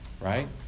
Right